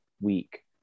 week